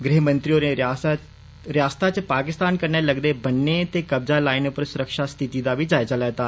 गृहमंत्री होरें पाकिस्तान कन्नै लगदे बन्ने ते कब्जा लाईन पर सुरक्षा स्थिति दा बी जायजा लैता